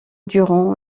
durand